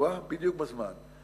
בדיוק בזמן,